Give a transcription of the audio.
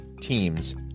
teams